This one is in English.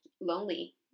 lonely